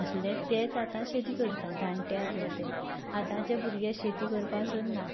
तेच आतां शेती करतात जाणटे आसले ते आतांचे भुरगे शेती करपाक सोदना